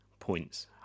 Points